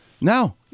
No